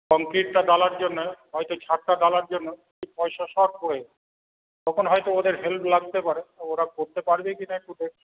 কংক্রিটটা ঢালাইয়ের জন্য হয়তো ছাদটা ঢালাইয়ের জন্য কিছু পয়সা শর্ট পড়ে তখন হয়তো ওদের হেল্প লাগতে পারে ওরা করতে পারবে কিনা একটু দেখুন